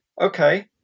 okay